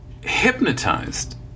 hypnotized